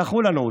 דחו לנו אותו.